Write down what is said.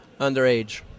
underage